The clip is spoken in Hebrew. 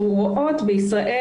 אנחנו רואות בישראל,